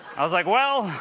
i was like, well,